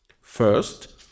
First